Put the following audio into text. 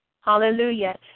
hallelujah